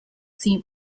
seem